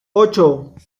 ocho